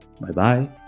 Bye-bye